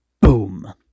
Boom